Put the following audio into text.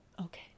Okay